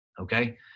Okay